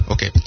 Okay